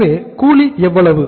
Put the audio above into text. எனவே கூலி எவ்வளவு